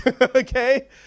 Okay